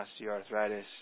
osteoarthritis